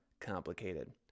complicated